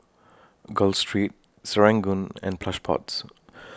Gul Street Serangoon and Plush Pods